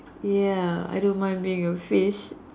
ya I don't mind being a fish